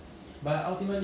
跟他讲两个菜一个肉